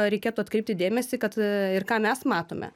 reikėtų atkreipti dėmesį kad ir ką mes matome